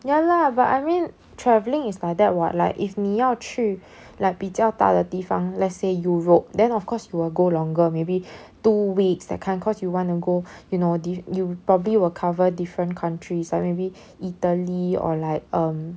ya lah but I mean travelling is like that [what] like if 你要去 like 比较大的地方 let's say europe then of course you will go longer maybe two weeks that kind cause you wanna go you know these you probably will cover different countries or maybe italy or like um